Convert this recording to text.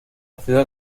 ciudad